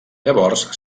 llavors